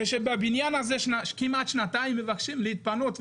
כשבבניין הזה כמעט שנתיים מבקשים להתפנות,